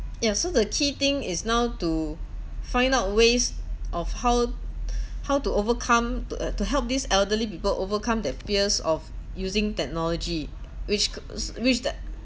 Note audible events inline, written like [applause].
ya so the key thing is now to find out ways of how [breath] how to overcome to uh to help these elderly people overcome their fears of using technology which could s~ which that